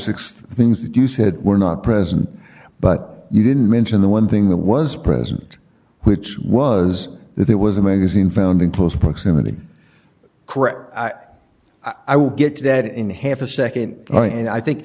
six things that you said were not present but you didn't mention the one thing that was present which was that it was a magazine found in close proximity correct i will get to that in half a nd and i think